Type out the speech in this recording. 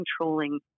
controlling